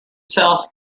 south